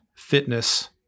fitness